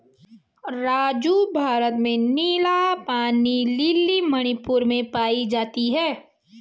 राजू भारत में नीला पानी लिली मणिपुर में पाई जाती हैं